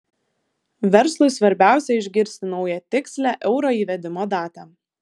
verslui svarbiausia išgirsti naują tikslią euro įvedimo datą